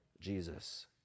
Jesus